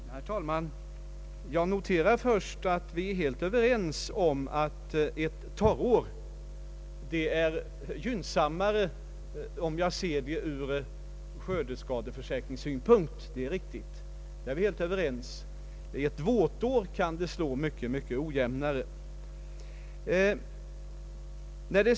Herr talman! Jag noterar först att vi är helt överens om att ett torrår är gynnsammare sett ur skördeskadeförsäkringssynvinkel än ett våtår, då skördeskadeförsäkringen kan utfalla mycket ojämnare.